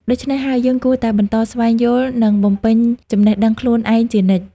ដូច្នេះហើយ យើងគួរតែបន្តស្វែងយល់ និងបំពេញចំណេះដឹងខ្លួនឯងជានិច្ច។